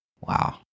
Wow